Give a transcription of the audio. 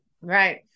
right